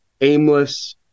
aimless